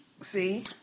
See